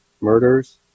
murders